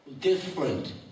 Different